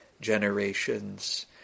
generations